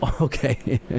Okay